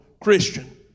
Christian